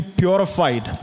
purified